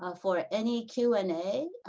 um for any q and a,